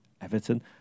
Everton